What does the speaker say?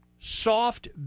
soft